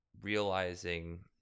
realizing